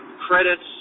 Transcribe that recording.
credits